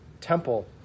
temple